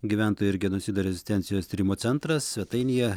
gyventojų ir genocido rezistencijos tyrimų centras svetainėje